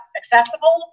accessible